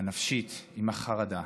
הנפשית עם החרדה,